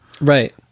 Right